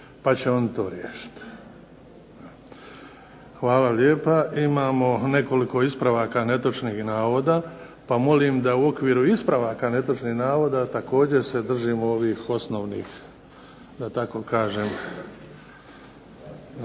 pa će oni to riješiti. Hvala lijepa. Imamo nekoliko ispravaka netočnih navoda, pa molim da i u okviru ispravaka netočnih navoda također se držimo ovih osnovnih okvira za